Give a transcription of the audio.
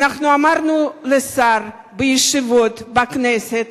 אנחנו אמרנו לשר בישיבות בכנסת